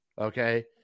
okay